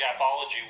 gapology